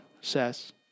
says